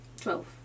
Twelve